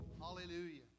Hallelujah